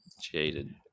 jaded